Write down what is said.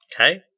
okay